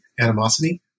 animosity